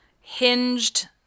hinged